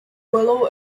willow